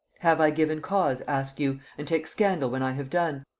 have i given cause, ask you, and take scandal when i have done?